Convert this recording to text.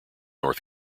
north